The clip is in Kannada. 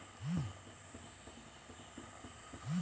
ಭತ್ತದ ಯಾವ ತಳಿಯಿಂದ ಹೆಚ್ಚು ಇಳುವರಿ ಸಿಗುತ್ತದೆ?